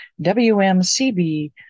WMCB